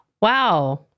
Wow